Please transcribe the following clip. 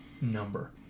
number